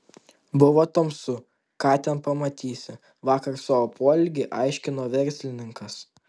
buvo tamsu ką ten pamatysi vakar savo poelgį aiškino verslininkas